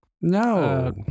no